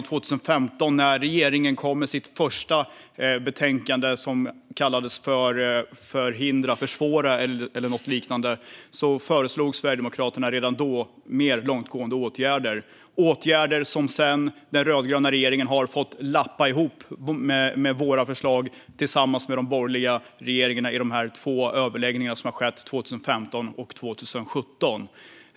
År 2015 kom regeringen med sitt första betänkande där det talades om hinder, försvårande eller något liknande. Redan då förslog Sverigedemokraterna mer långtgående åtgärder. Dessa åtgärder har den rödgröna regeringen sedan fått tråckla ihop med de borgerliga partiernas förslag efter de två överläggningar som hölls 2015 och 2017.